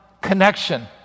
connection